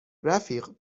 رفیق